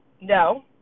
no